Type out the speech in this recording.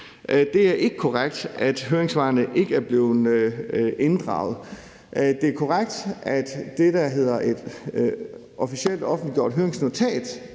Det er ikke korrekt, at høringssvarene ikke er blevet inddraget. Det er korrekt, at det, der hedder et officielt offentliggjort høringsnotat,